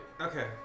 Okay